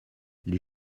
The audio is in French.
les